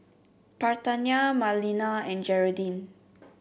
Parthenia Marlena and Jeraldine